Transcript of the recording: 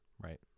Right